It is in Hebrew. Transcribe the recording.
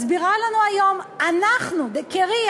מסבירה לנו היום ש"אנחנו" קרי,